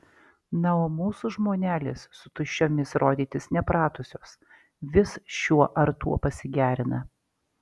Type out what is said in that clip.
na o mūsų žmonelės su tuščiomis rodytis nepratusios vis šiuo ar tuo pasigerina